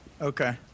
Okay